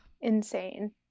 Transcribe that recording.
insane